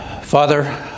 Father